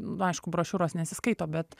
nu aišku brošiūros nesiskaito bet